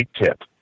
tip